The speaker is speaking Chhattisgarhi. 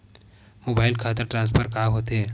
मोबाइल खाता ट्रान्सफर का होथे?